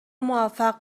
موفق